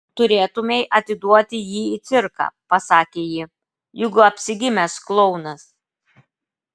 turėtumei atiduoti jį į cirką pasakė ji juk apsigimęs klounas